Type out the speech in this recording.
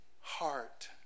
heart